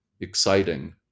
exciting